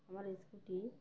আমার স্কুটি